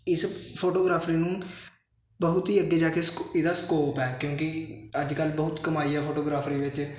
ਇਸ ਫੋਟੋਗ੍ਰਾਫਰੀ ਨੂੰ ਬਹੁਤ ਹੀ ਅੱਗੇ ਜਾ ਕੇ ਸਕੋ ਇਹਦਾ ਸਕੋਪ ਹੈ ਕਿਉਂਕਿ ਅੱਜ ਕੱਲ੍ਹ ਬਹੁਤ ਕਮਾਈ ਹੈ ਫੋਟੋਗ੍ਰਾਫਰੀ ਵਿੱਚ